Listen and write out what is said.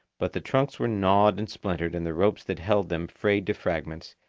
but the trunks were gnawed and splintered and the ropes that held them frayed to fragments,